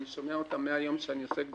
אני שומע אותה מהיום שאני עוסק בנושא,